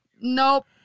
nope